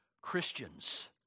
Christians